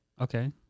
Okay